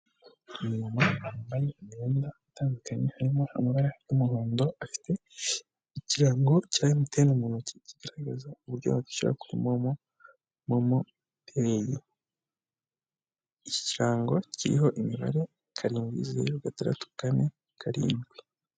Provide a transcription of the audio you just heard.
Umumama wambaye imyenda itandukanye, harimo amabara y'umuhondo afite ikirango cya MTN mu ntoki, kigaragaza uburyo wakishyura kuri Momo, Momopay, iki kirango kiriho imibare karindwi, zero, gatatu, kane, karindwi.